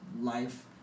life